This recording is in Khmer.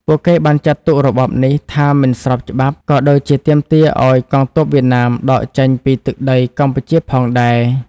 ពួកគេបានចាត់ទុករបបនេះថាមិនស្របច្បាប់ ក៏ដូចជាទាមទារឱ្យកងទ័ពវៀតណាមដកចេញពីទឹកដីកម្ពុជាផងដែរ។